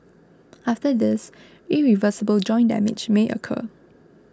after this irreversible joint damage may occur